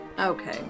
Okay